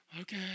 Okay